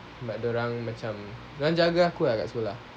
sebab dorang macam dorang jaga aku ah kat sekolah